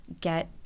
get